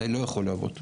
זה לא יכול לעבוד,